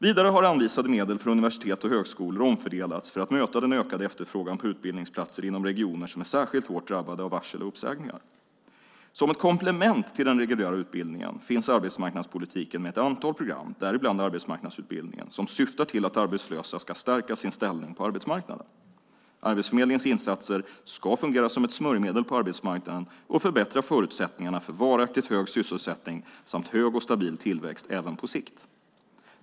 Vidare har anvisade medel för universitet och högskolor omfördelats för att möta den ökade efterfrågan på utbildningsplatser inom regioner som är särskilt hårt drabbade av varsel och uppsägningar. Som ett komplement till den reguljära utbildningen finns arbetsmarknadspolitiken med ett antal program, däribland arbetsmarknadsutbildningen, som syftar till att arbetslösa ska stärka sin ställning på arbetsmarknaden. Arbetsförmedlingens insatser ska fungera som ett smörjmedel på arbetsmarknaden och förbättra förutsättningarna för varaktigt hög sysselsättning samt hög och stabil tillväxt, även på sikt.